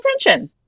attention